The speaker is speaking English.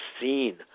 seen